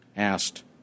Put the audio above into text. Asked